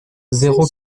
zéro